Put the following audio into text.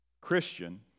Christian